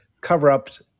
cover-ups